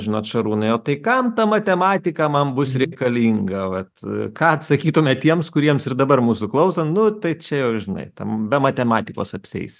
žinot šarūnai o tai kam ta matematika man bus reikalinga vat ką atsakytumėt tiems kuriems ir dabar mūsų klausant nu tai čia jau žinai ten be matematikos apsieisi